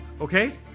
Okay